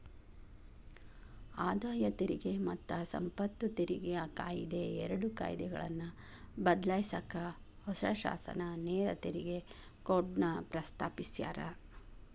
ಆದಾಯ ತೆರಿಗೆ ಮತ್ತ ಸಂಪತ್ತು ತೆರಿಗೆ ಕಾಯಿದೆ ಎರಡು ಕಾಯ್ದೆಗಳನ್ನ ಬದ್ಲಾಯ್ಸಕ ಹೊಸ ಶಾಸನ ನೇರ ತೆರಿಗೆ ಕೋಡ್ನ ಪ್ರಸ್ತಾಪಿಸ್ಯಾರ